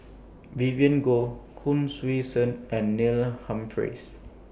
Vivien Goh Hon Sui Sen and Neil Humphreys